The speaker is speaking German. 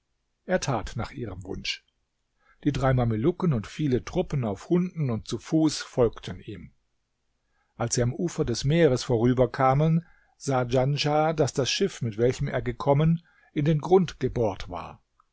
er tat nach ihrem wunsch die drei mamelucken und viele truppen auf hunden und zu fuß folgten ihm als sie am ufer des meeres vorüberkamen sah djanschah daß das schiff mit welchem er gekommen in den grund gebohrt war